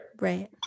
Right